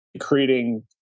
creating